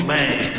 Man